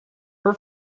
her